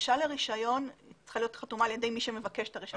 הבקשה לרישיון צריכה להיות על ידי מי שמבקש את הרישיון.